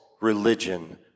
religion